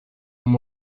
and